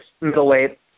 middleweight